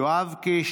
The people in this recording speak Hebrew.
יואב קיש,